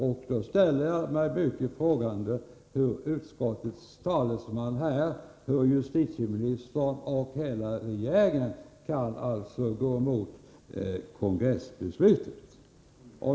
Jag ställer mig därför frågande till att utskottets talesman, justitieministern och hela regeringen kan gå emot kongressbeslutet.